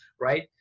right